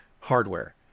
hardware